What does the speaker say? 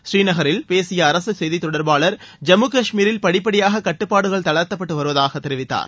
ஸ்ரீநகரில் பேசிய அரசு செய்தித் தொடர்பாளர் ஜம்மு காஷ்மீரில் படிபடியாக கட்டுப்பாடுகள் தளர்த்தப்பட்டு வருவதாக தெரிவித்தார்